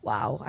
Wow